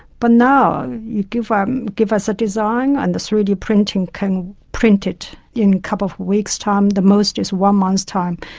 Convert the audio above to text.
but now you give um give us a design and the three d printing can print it in a couple of weeks' time, the most is one month's time.